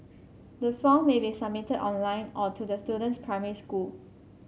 the form may be submitted online or to the student's primary school